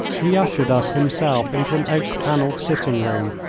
he ushered us himself into an oak-panelled sitting-room,